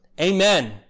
amen